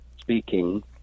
speaking